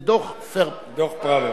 דוח-פראוור.